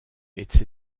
etc